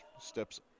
steps